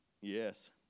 Yes